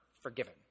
forgiven